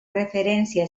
referència